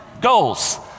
goals